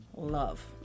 Love